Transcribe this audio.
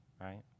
right